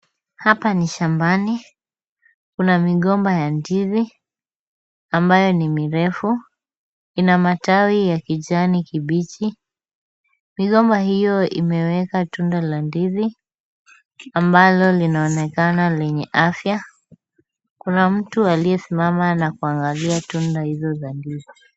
Hapa ni shambani, kuna migomba ya ndizi ambayo ni mirefu, ina matawi ya kijani kibichi, migomba hiyo imeweka tunda la ndizi, ambalo linaonekana lenye afya, kuna mtu aliyesimama na kuangalia tunda hizo za ndizi.